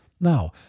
Now